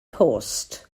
post